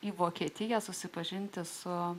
į vokietiją susipažinti su